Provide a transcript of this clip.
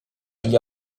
igl